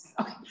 Okay